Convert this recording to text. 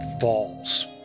falls